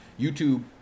YouTube